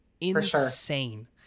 insane